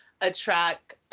attract